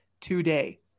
today